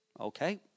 Okay